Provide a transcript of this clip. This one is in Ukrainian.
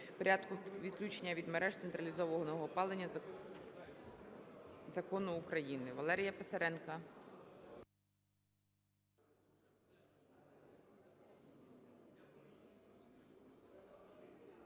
порядку відключення від мереж централізованого опалення Закону України.